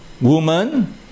Woman